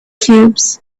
cubes